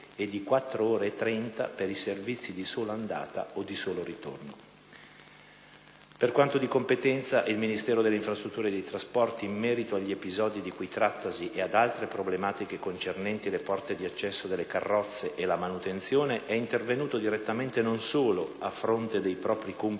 e di 4 ore e 30 minuti per i servizi di sola andata o di solo ritorno. Per quanto di competenza, il Ministero delle infrastrutture e dei trasporti, in merito agli episodi di cui trattasi e ad altre problematiche concernenti le porte di accesso delle carrozze e la manutenzione, è intervenuto direttamente, non solo a fronte dei propri compiti